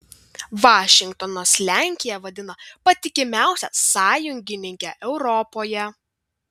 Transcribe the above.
vašingtonas lenkiją vadina patikimiausia sąjungininke europoje